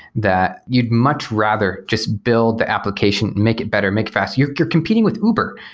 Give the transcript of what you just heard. that you'd much rather just build the application, make it better, make faster. you're you're competing with uber.